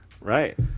right